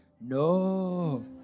No